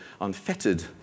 unfettered